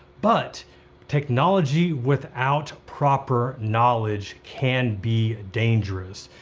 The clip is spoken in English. but technology without proper knowledge can be dangerous,